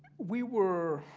we were,